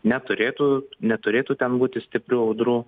neturėtų neturėtų ten būti stiprių audrų